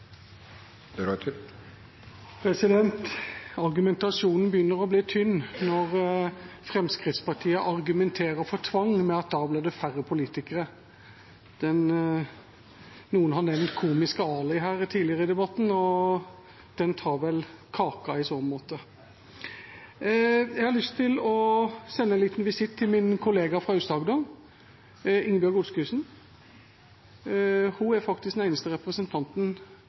elleve. Argumentasjonen begynner å bli tynn når Fremskrittspartiet argumenterer for tvang med at det da blir færre politikere. Noen har nevnt Komiske Ali her tidligere i debatten, og den tar vel kaka i så måte. Jeg har lyst å avlegge min kollega fra Aust-Agder, Ingebjørg Amanda Godskesen, en liten visitt. Hun er faktisk den eneste representanten